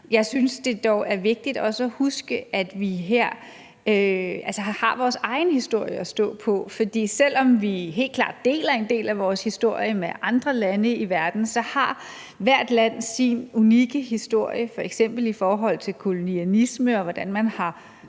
Jeg synes dog, at det er vigtigt også at huske, at vi her har vores egen historie at stå på. For selv om vi helt klart deler en del af vores historie med andre lande i verden, så har hvert land sin unikke historie, f.eks. i forhold til kolonialisme, og hvordan man er